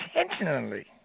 intentionally